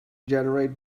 generate